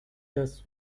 tests